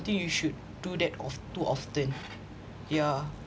think you should do that of too often yeah